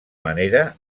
manera